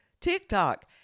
TikTok